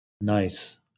Nice